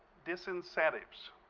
disincentives.